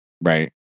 Right